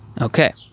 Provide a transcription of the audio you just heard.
Okay